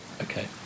okay